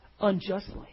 unjustly